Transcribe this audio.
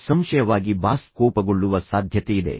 ನಿಸ್ಸಂಶಯವಾಗಿ ಬಾಸ್ ಕೋಪಗೊಳ್ಳುವ ಸಾಧ್ಯತೆಯಿದೆ